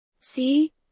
See